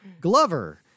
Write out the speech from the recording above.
Glover